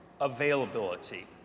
availability